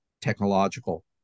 technological